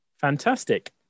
Fantastic